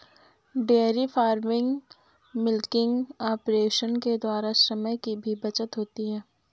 dairy farming milking operation के द्वारा समय की भी बचत होती है